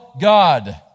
God